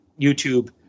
YouTube